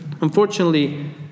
Unfortunately